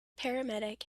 paramedic